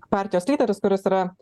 partijos lyderis kuris yra